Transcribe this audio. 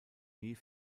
nie